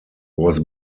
was